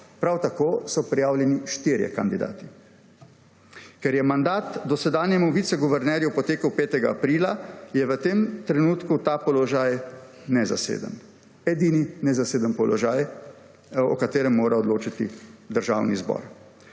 Prav tako so prijavljeni štirje kandidati. Ker je mandat dosedanjemu viceguvernerju potekel 5. aprila, je v tem trenutku ta položaj nezaseden. Edini nezaseden položaj, o katerem mora odločati Državni zbor.